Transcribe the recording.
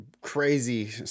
crazy